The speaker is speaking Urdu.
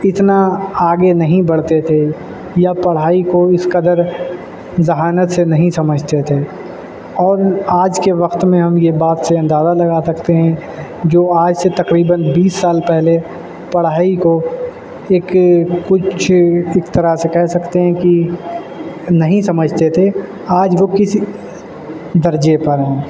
اتنا آگے نہیں بڑھتے تھے یا پڑھائی کو اس قدر ذہانت سے نہیں سمجھتے تھے اور آج کے وقت میں ہم یہ بات سے اندازہ لگا سکتے ہیں جو آج سے تقریباً بیس سال پہلے پڑھائی کو ایک کچھ ایک طرح سے کہہ سکتے ہیں کہ نہیں سمجھتے تھے آج وہ کس درجے پر ہیں